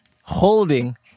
holding